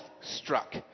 struck